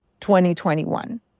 2021